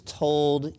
told